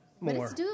more